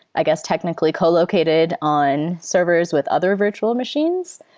i guess, technically co-located on servers with other virtual machines,